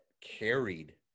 carried